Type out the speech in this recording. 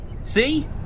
See